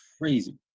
crazy